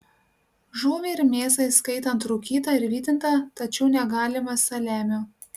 žuvį ir mėsą įskaitant rūkytą ir vytintą tačiau negalima saliamio